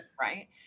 right